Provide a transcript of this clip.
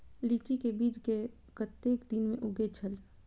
लीची के बीज कै कतेक दिन में उगे छल?